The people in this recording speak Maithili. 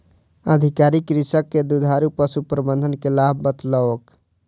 अधिकारी कृषक के दुधारू पशु प्रबंधन के लाभ बतौलक